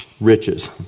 riches